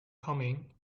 coming